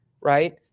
right